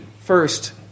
first